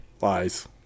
lies